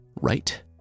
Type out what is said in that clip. right